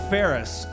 Ferris